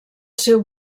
seu